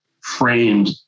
framed